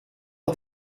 het